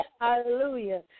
Hallelujah